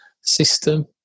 system